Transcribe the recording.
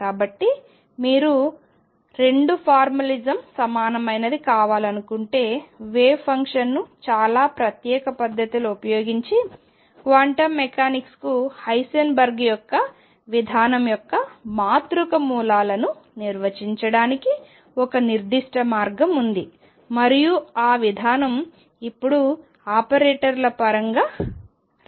కాబట్టి మీరు 2 ఫార్మలిజం సమానమైనది కావాలనుకుంటే వేవ్ ఫంక్షన్ను చాలా ప్రత్యేక పద్ధతిలో ఉపయోగించి క్వాంటం మెకానిక్స్కు హైసెన్బర్గ్ యొక్క విధానం యొక్క మాతృక మూలకాలను నిర్వచించడానికి ఒక నిర్దిష్ట మార్గం ఉంది మరియు ఆ విధానం ఇప్పుడు ఆపరేటర్ల పరంగా వ్రాస్తాను